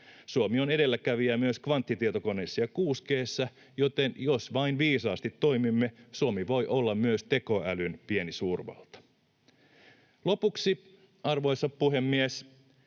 Suomi on edelläkävijä myös kvanttitietokoneissa ja 6G:ssä, joten jos vain viisaasti toimimme, Suomi voi olla myös tekoälyn pieni suurvalta. Lopuksi, arvoisa puhemies,